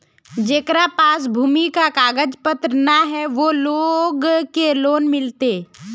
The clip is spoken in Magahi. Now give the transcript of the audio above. जेकरा पास भूमि का कागज पत्र न है वो लोग के लोन मिलते?